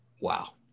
Wow